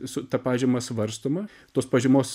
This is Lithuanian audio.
su ta pažyma svarstoma tos pažymos